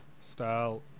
style